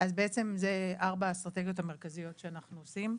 אז בעצם זה ארבע אסטרטגיות המרכזיות שאנחנו עושים,